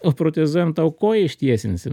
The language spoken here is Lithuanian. o protezuojam tau koją ištiesinsim